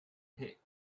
hit